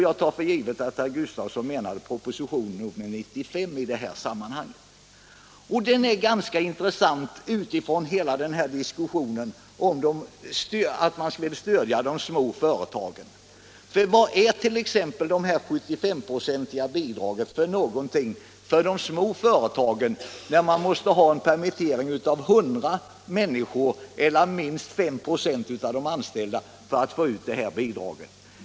Jag tar för givet att herr Gustafsson menar propositionen 95. Den är ganska intressant utifrån hela diskussionen om att man skall stödja de små företagen. Vad betyder t.ex. det 75-procentiga bidraget för de små företagen, när det krävs permittering av 100 människor eller politiken Arbetsmarknadspolitiken minst 5 96 av de anställda för att detta bidrag skall utgå?